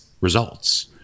results